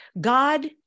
God